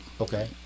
Okay